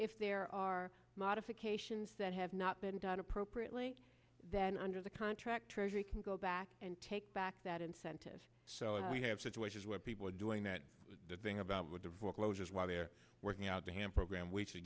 if there are modifications that have not been done appropriately then under the contract treasury can go back and take back that incentive so we have situations where people are doing that thing about with the closures while they're working out the ham program w